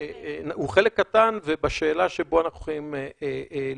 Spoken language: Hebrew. הוא חלק קטן בשאלה שבה אנחנו יכולים להתערב.